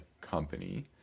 company